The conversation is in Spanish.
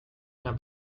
una